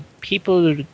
people